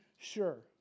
sure